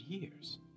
years